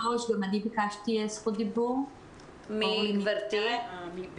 גם אני ביקשתי זכות דיבור, מ"בטרם".